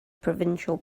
provincial